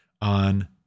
on